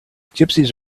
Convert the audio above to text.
gypsies